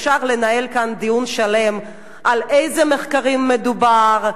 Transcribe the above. אפשר לנהל כאן דיון שלם על איזה מחקרים מדובר,